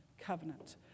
covenant